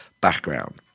background